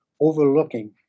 overlooking